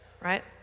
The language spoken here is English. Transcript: right